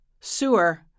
sewer